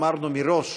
אמרנו מראש